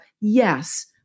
Yes